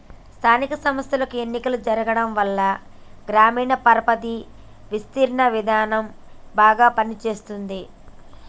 స్థానిక సంస్థలకు ఎన్నికలు జరగటంవల్ల గ్రామీణ పరపతి విస్తరణ విధానం బాగా పని చేస్తుంది